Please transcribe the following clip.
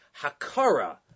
Hakara